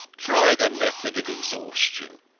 try the method of exhaustion.